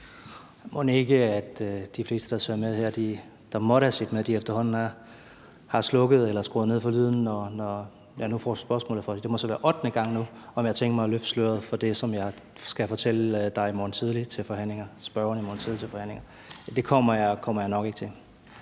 Mon ikke de fleste, der måtte se eller måtte have set med her, efterhånden har slukket for eller skruet ned for lyden, når jeg nu får spørgsmålet for ottende gang, må det være, om jeg har tænkt mig at løfte sløret for det, som jeg skal fortælle spørgeren i morgen tidlig til forhandlingerne. Det kommer jeg nok ikke til.